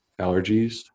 allergies